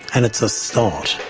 and it's a start.